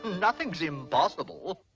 nothing's impossible!